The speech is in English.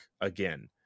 again